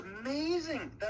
amazing